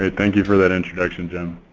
ah thank you for that introduction, jem.